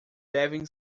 devem